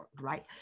right